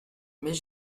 mais